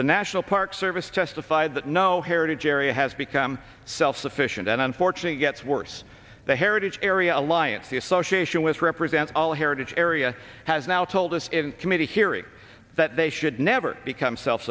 the national park service testified that no herod jerry has become self sufficient and unfortunate gets worse the heritage area alliance the association with represent all heritage area has now told us in committee hearing that they should never become self